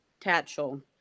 Tatchell